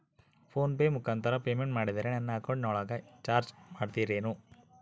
Phone pay ಮುಖಾಂತರ payment ಮಾಡಿದರೆ ನನ್ನ ಅಕೌಂಟಿನೊಳಗ ಚಾರ್ಜ್ ಮಾಡ್ತಿರೇನು?